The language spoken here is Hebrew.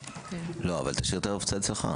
שהוא ינקוט באמצעים סבירים,